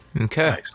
Okay